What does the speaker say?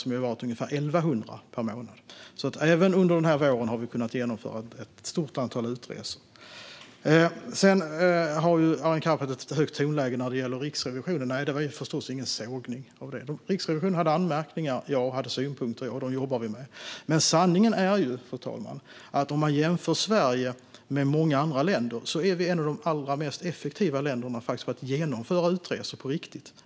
Det har då varit ungefär 1 100 per månad. Även under denna vår har vi alltså kunnat genomföra ett stort antal utresor. Sedan har Arin Karapet ett högt tonläge när det gäller Riksrevisionen. Nej, det var förstås ingen sågning. Riksrevisionen hade anmärkningar, och jag hade synpunkter - dessa jobbar vi med. Men sanningen är, fru talman, att Sverige jämfört med många andra länder är ett av de allra mest effektiva länderna när det gäller att genomföra utresor på riktigt.